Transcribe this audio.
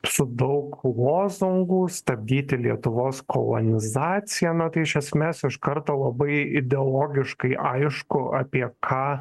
su daug lozungų stabdyti lietuvos kolonizaciją na tai iš esmės iš karto labai ideologiškai aišku apie ką